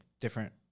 different –